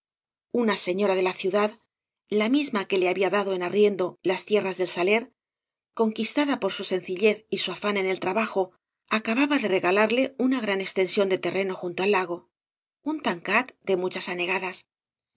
una señora de la ciudad la misma que le había dado en arriendo las tierras del sler conquistada por su sencillez y bu afán en el trabajo acababa de regalarle una gran ex tenbíóu de terreno junto al lago un tancat de mu chas hanegadae